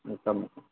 ꯎꯝ ꯊꯝꯃꯦ ꯊꯝꯃꯦ